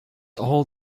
all